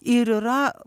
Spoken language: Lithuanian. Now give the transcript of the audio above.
ir yra